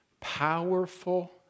powerful